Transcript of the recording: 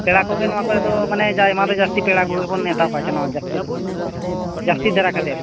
ᱯᱮᱲᱟ ᱠᱚᱜᱮ ᱱᱚᱣᱟ ᱠᱚᱨᱮ ᱫᱚ ᱢᱟᱱᱮ ᱟᱭᱢᱟ ᱫᱚ ᱡᱟᱹᱥᱛᱤ ᱯᱮᱲᱟ ᱠᱚᱜᱮ ᱵᱚᱱ ᱱᱮᱶᱛᱟ ᱠᱚᱣᱟ ᱥᱮ ᱱᱚᱣᱟ ᱡᱟᱹᱥᱛᱤ ᱫᱚ ᱡᱟᱹᱥᱛᱤ ᱫᱷᱟᱨᱟ ᱠᱟᱛᱮ